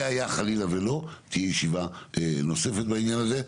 והיה חלילה ולא, תהיה ישיבה נוספת בעניין הזה.